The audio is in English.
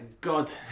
God